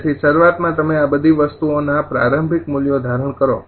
તેથી શરૂઆત માં તમે આ બધી વસ્તુઓના પ્રારંભિક મૂલ્યો ધારણ કરો છો